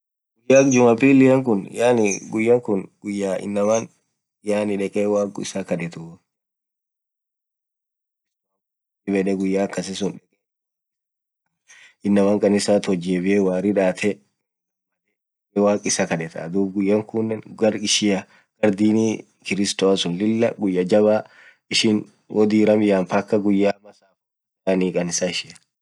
guyya akha jumaa pili khun yaani guyya khun guyaa inamaa dhekee waq isaa khadhethu (kristo)dhib yed guyya akasisun waq kadhetha inamaan kanisath wot jebiyee worri dhathe ghamadhee waq isaa kadhetha dhub guyya kunen gar ishia Dini kirstoa suun Lilah guyya jabba ishin woo diram yaan mpkaa guyya ama saffo kassabani